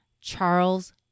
Charles